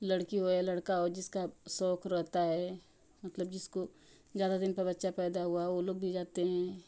लड़की हो या लड़का हो जिसका शौक रहता है मतलब जिसको ज़्यादा दिन पे बच्चा पैदा हुआ वो लोग भी जाते हैं